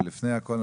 לפני הכל,